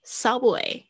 subway